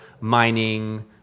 mining